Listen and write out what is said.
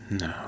No